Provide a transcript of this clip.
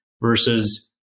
versus